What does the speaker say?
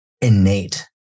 innate